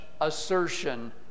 assertion